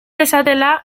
dezatela